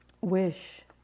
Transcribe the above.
wish